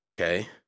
Okay